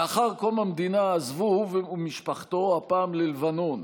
לאחר קום המדינה עזבו הוא ומשפחתו, הפעם ללבנון,